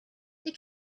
they